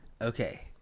Okay